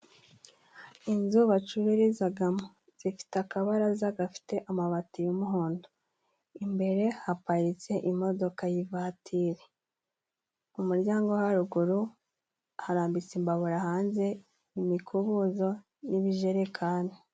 Inzu bacururizagamo zifite akabaraza gafite amabati y'umuhondo, imbere haparitse imodoka y'ivatiri, umuryango wo haruguru harambitse imbabura hanze imikubuzo n'ibijerekani.